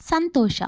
ಸಂತೋಷ